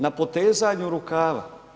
Na potezanju rukava.